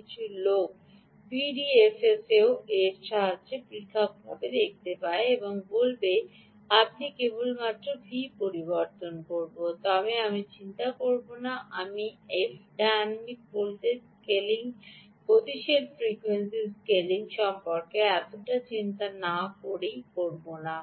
কিছু লোক ডিভিএফএস এও বলে যে তারা পৃথক হবে এবং বলবে আমি কেবলমাত্র ভি পরিবর্তন করব তবে আমি এত চিন্তা করব না আমি এফ ডায়নামিক ভোল্টেজ স্কেলিং গতিশীল ফ্রিকোয়েন্সি স্কেলিং সম্পর্কে এতটা চিন্তা না করেই করব না